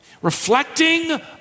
reflecting